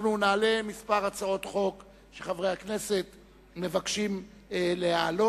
אנחנו נעלה כמה הצעות חוק שחברי הכנסת מבקשים להעלות,